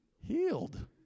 Healed